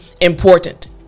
important